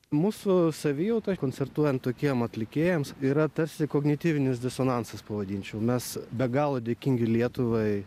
mūsų savijauta koncertuojant tokiem atlikėjams yra tarsi kognityvinis disonansas pavadinčiau mes be galo dėkingi lietuvai